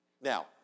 Now